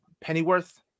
pennyworth